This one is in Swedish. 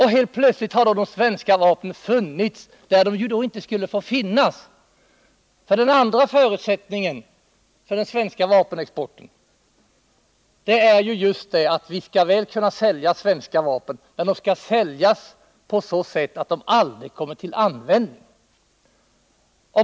Helt plötsligt har då svenska vapen dykt upp i områden där de egentligen inte skulle få finnas, ty den andra förutsättningen för den svenska vapenexporten är ju just att vi väl skall kunna sälja svenska vapen, men att de skall säljas på sådant sätt att de aldrig kommer till användning.